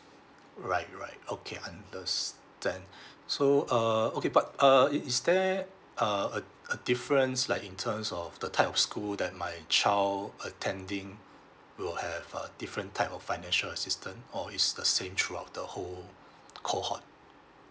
right right okay understand so uh okay but uh it is there uh a a difference like in terms of the type of school that my child attending will have a different type of financial assistant or is the same throughout the whole cohort